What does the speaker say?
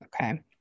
Okay